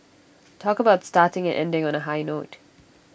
talk about starting and ending on A high note